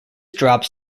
drops